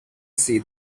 see